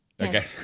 Okay